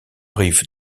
rive